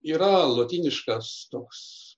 yra lotyniškas toks